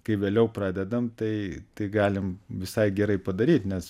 kai vėliau pradedam tai tai galim visai gerai padaryt nes